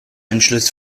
entschluss